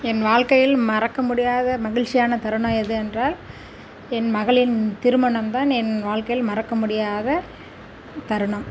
என் வாழ்க்கையில் மறக்க முடியாதத் மகிழ்ச்சியான தருணம் எது என்றால் என் மகளின் திருமணம் தான் என் வாழ்க்கையில் மறக்க முடியாதத் தருணம்